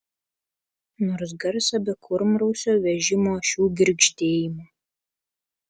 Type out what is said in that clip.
nors garsą be kurmrausio vežimo ašių girgždėjimo